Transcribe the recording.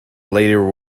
later